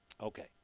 Okay